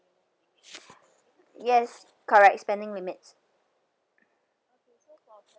yes correct spending limits